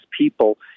people